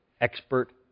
expert